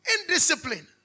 Indiscipline